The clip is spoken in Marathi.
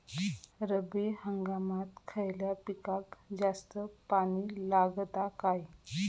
रब्बी हंगामात खयल्या पिकाक जास्त पाणी लागता काय?